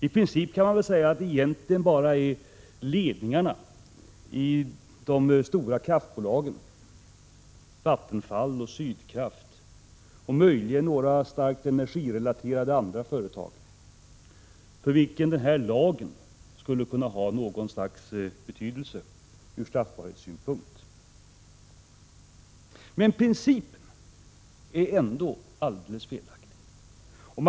I princip är det bara för ledningarna i de stora kraftbolagen Vattenfall och Sydkraft samt möjligen för några andra personer i starkt energirelaterade företag som den här lagen skulle kunna ha något slags betydelse ur straffbarhetssynpunkt. Principen är emellertid ändå alldeles felaktig.